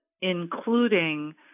including